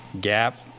gap